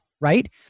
right